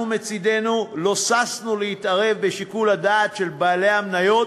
אנחנו מצדנו לא ששנו להתערב בשיקול הדעת של בעלי המניות